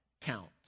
count